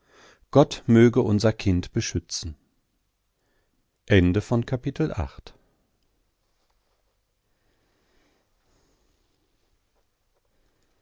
gott möge unser kind beschützen